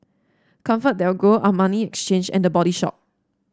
ComfortDelGro Armani Exchange and The Body Shop